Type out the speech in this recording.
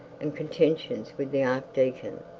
and contentions with the archdeacon.